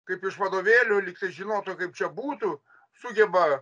kaip iš vadovėlių lygtai žinotų kaip čia būtų sugeba